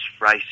race